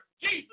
Jesus